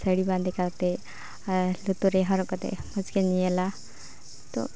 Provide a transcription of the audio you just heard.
ᱥᱟᱹᱲᱤ ᱵᱟᱸᱫᱮ ᱠᱟᱛᱮᱫ ᱟᱨ ᱞᱩᱛᱩᱨ ᱨᱮᱭᱟᱜ ᱦᱚᱨᱚᱜ ᱠᱟᱛᱮᱫ ᱢᱚᱡᱽᱜᱮᱧ ᱧᱮᱞᱟ ᱛᱚ